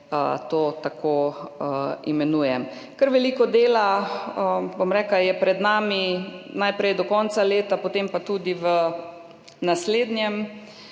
to tako imenujem. Kar veliko dela je pred nami najprej do konca leta, potem pa tudi v naslednjem